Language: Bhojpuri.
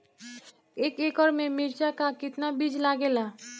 एक एकड़ में मिर्चा का कितना बीज लागेला?